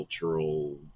cultural